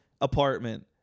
apartment